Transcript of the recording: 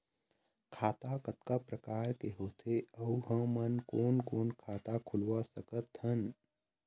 खाता कतका प्रकार के होथे अऊ हमन कोन कोन खाता खुलवा सकत हन?